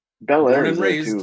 Bel-Air